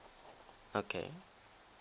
okay